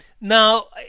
now